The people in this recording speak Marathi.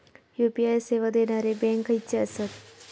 यू.पी.आय सेवा देणारे बँक खयचे आसत?